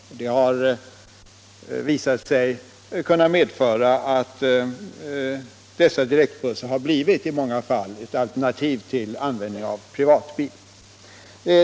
Det har visat sig att dessa direktbussar i många fall blivit ett alternativ till användning av privatbil.